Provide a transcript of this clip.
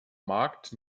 markt